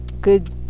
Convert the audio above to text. good